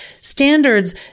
standards